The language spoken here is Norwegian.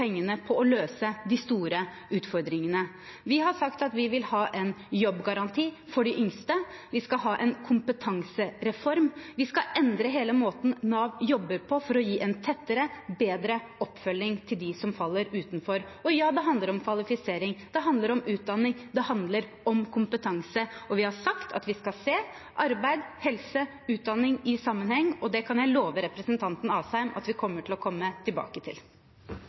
på å løse de store utfordringene. Vi har sagt at vi vil ha en jobbgaranti for de yngste, vi skal ha en kompetansereform, og vi skal endre hele måten Nav jobber på, for å gi en tettere, bedre oppfølging til dem som faller utenfor. Ja, det handler om kvalifisering, det handler om utdanning, det handler om kompetanse. Vi har sagt at vi skal se arbeid, helse og utdanning i sammenheng, og det kan jeg love representanten Asheim at vi kommer til å komme tilbake til.